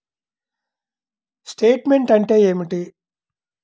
Statement అంటే ఏమిటి?